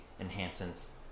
enhancements